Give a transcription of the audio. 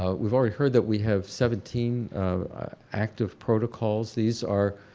ah we've already heard that we have seventeen active protocols. these are,